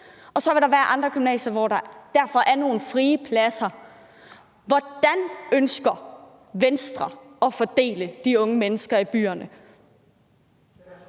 og så vil der være andre gymnasier, hvor der er nogle frie pladser. Hvordan ønsker Venstre at fordele de unge mennesker i byerne?